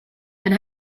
and